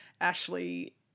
ashley